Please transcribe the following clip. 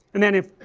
and then if,